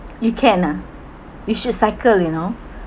you can ah you should cycle you know